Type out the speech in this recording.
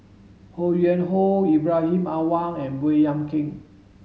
Ho Yuen Hoe Ibrahim Awang and Baey Yam Keng